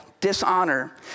dishonor